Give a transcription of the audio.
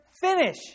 finish